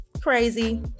crazy